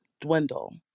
dwindle